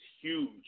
huge